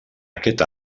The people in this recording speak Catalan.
aquest